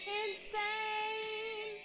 insane